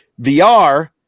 VR